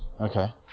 Okay